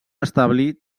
establir